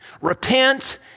Repent